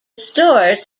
stores